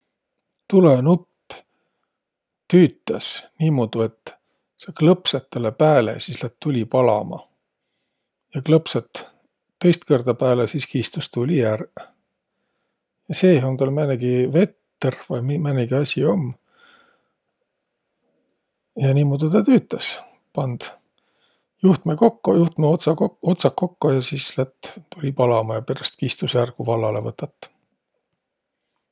Tulõnupp tüütäs niimudu, et sa klõpsat tälle pääle ja sis lätt tuli palama. Ja klõpsat tõist kõrda pääle, sis kistus tuli ärq. Ja seeh um täl määnegi vetr vai määnegi asi um. Ja niimuudu tä tüütäs, pand jutmõ kokko, juhtmõ otsa kokko, juhtmõ otsaq kokko ja sis lätt tuli palama. Ja peräst kistus ärq, ku vallalõ võtat.